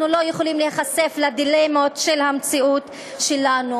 אנחנו לא יכולים לחשוף את הדילמות של המציאות שלנו.